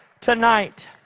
tonight